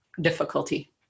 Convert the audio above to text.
difficulty